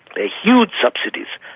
ah huge subsidies.